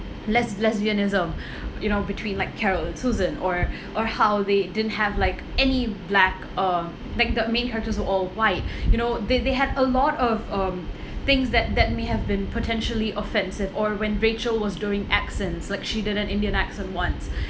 les~ lesbianism you know between like carol and susan or or how they didn't have like any black uh like the main characters were all white you know they they had a lot of um things that that may have been potentially offensive or when rachel was doing accents like she did an indian accent once